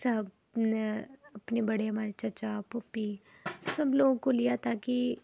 سب نے اپنے بڑے ہمارے چچا پھوپھی سب لوگ کو لیا تھا کہ